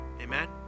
Amen